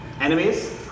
enemies